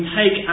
take